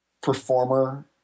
performer